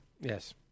Yes